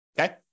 Okay